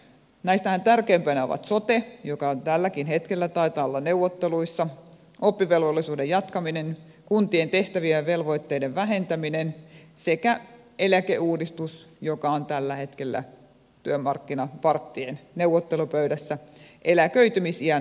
näistähän tärkeimpänä ovat sote joka tälläkin hetkellä taitaa olla neuvotteluissa oppivelvollisuuden jatkaminen kuntien tehtävien ja velvoitteiden vähentäminen sekä eläkeuudistus joka on tällä hetkellä työmarkkinaparttien neuvottelupöydässä eläköitymisiän nostamiseksi